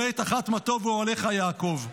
למעט אחת: "מה טֹבו אֹהליך יעקב".